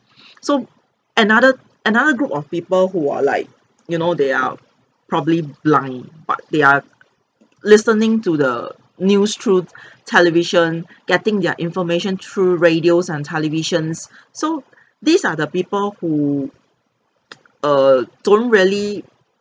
so another another group of people who are like you know they are probably blind but they are listening to the news through television getting their information through radios and televisions so these are the people who err don't really